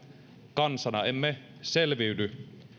kansana emme selviydy